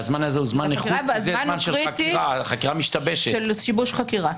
והזמן הזה הוא קריטי, לשיבוש חקירה.